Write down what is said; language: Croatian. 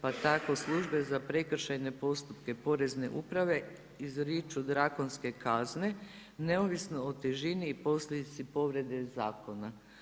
Pa tako službe za prekršajne postupke porezne uprave izriču drakonske kazne neovisno o težini i posljedici povrede zakona.